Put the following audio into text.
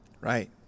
Right